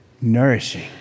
nourishing